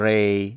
Ray